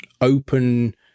open